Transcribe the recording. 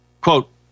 Quote